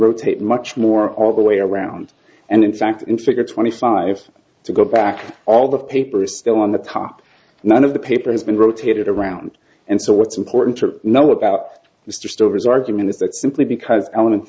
rotate much more all the way around and in fact in figure twenty five to go back all the papers still on the top none of the paper has been rotated around and so what's important to know about mr stover's argument is that simply because elements